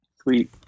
Sweet